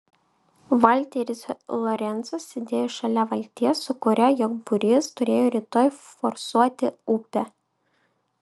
valteris lorencas sėdėjo šalia valties su kuria jo būrys turėjo rytoj forsuoti upę